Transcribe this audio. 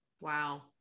Wow